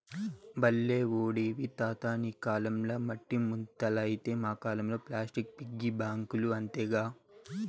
బల్లే ఓడివి తాతా నీ కాలంల మట్టి ముంతలైతే మా కాలంల ప్లాస్టిక్ పిగ్గీ బాంకీలు అంతేగా